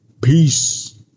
Peace